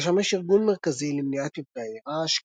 לשמש ארגון מרכזי למניעת מפגעי רעש,